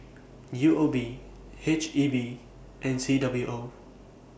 U O B H E B and C W O